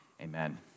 Amen